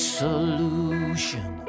solution